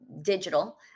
digital